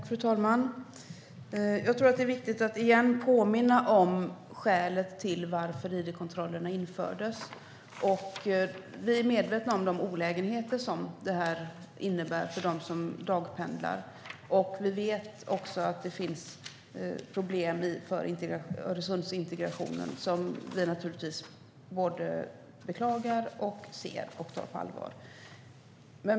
Fru talman! Det är viktigt att igen påminna om skälet till att id-kontrollerna infördes. Vi är medvetna om de olägenheter som id-kontrollerna innebär för dem som dagpendlar. Vi vet också att det finns problem för Öresundsintegrationen som vi naturligtvis beklagar, ser och tar på allvar.